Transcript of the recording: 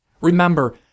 Remember